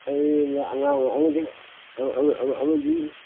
ꯑꯩ ꯑꯉꯥꯡ ꯑꯃꯗꯤ